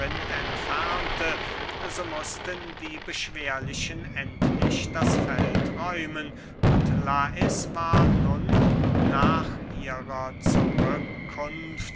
entfernte so mußten die beschwerlichen endlich das feld räumen und lais war nun nach ihrer